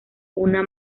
una